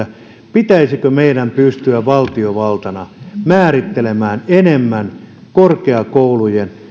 pitäisikö meidän pystyä valtiovaltana määrittelemään enemmän korkeakoulujen